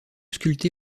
sculpté